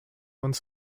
uns